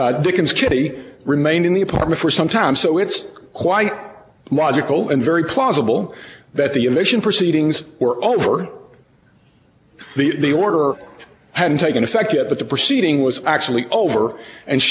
kitty remained in the apartment for some time so it's quite logical and very plausible that the eviction proceedings were over the order hadn't taken effect yet but the proceeding was actually over and